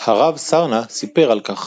הרב סרנא סיפר על כך